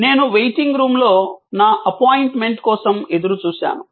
నేను వెయిటింగ్ రూమ్లో నా అపాయింట్మెంట్ కోసం ఎదురుచూశాను